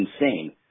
insane